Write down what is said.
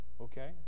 okay